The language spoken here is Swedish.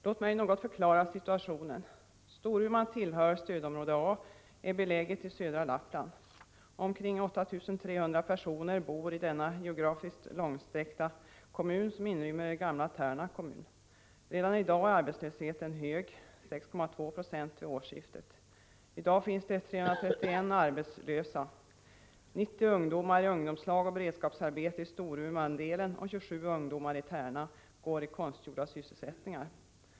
Låt mig något förklara situationen. Storuman tillhör stödområde A och är beläget i södra Lappland. Omkring 8 300 personer bor i denna geografiskt långsträckta kommun, som inrymmer gamla Tärna kommun. Redan i dag är arbetslösheten hög — 6,2 96 vid årsskiftet. I dag finns det 331 arbetslösa, 90 ungdomar i ungdomslag och beredskapsarbete i Storumandelen, och 27 ungdomar i Tärna går i konstgjorda sysselsättningar.